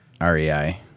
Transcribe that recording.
REI